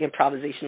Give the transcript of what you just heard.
improvisational